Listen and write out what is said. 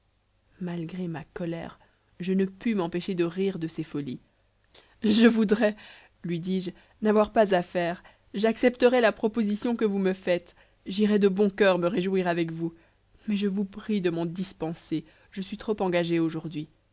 malgré ma colère je ne pus m'empêcher de rire de ses folies je voudrais lui dis-je n'avoir pas à faire j'accepterais la proposition que vous me faites j'irais de bon coeur me réjouir avec vous mais je vous prie de m'en dispenser je suis trop engagé aujourd'hui